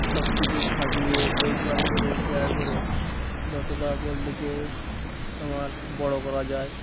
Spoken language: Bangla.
সব কিছু খাইয়ে দেখভাল করে কেয়ার করে যতটা পোলট্রিকে তোমার বড় করা যায়